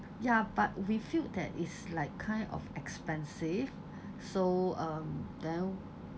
ya but we feel that it's like kind of expensive so um then